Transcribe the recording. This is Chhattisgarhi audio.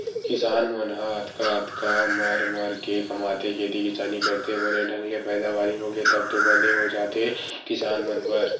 किसान मन ह अतका अतका मर मर के कमाथे खेती किसानी करथे बने ढंग ले पैदावारी होगे तब तो बने हो जाथे किसान मन बर